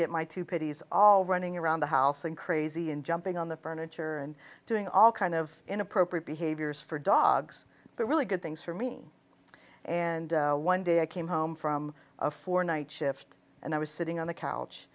get my two pretties all running around the house and crazy and jumping on the furniture and doing all kind of inappropriate behaviors for dogs but really good things for mean and one day i came home from a four night shift and i was sitting on the couch